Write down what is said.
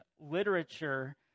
literature